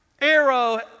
arrow